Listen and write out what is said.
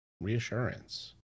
reassurance